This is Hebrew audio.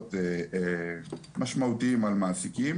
קנסות משמעותיים על מעסיקים